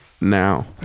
Now